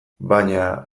baina